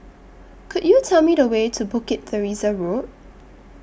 Could YOU Tell Me The Way to Bukit Teresa Road